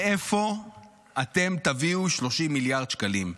מאיפה אתם תביאו 30 מיליארד שקלים?